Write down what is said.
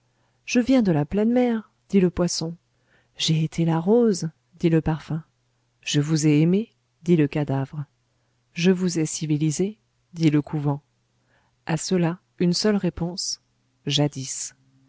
je viens de la pleine mer dit le poisson j'ai été la rose dit le parfum je vous ai aimés dit le cadavre je vous ai civilisés dit le couvent à cela une seule réponse jadis